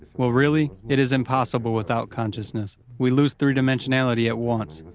well, really, it is impossible without consciousness, we lose three-dimensionality at once.